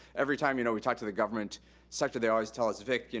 every time you know we talked to the government sector, they'd always tell us, vic, and